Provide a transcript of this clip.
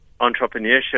entrepreneurship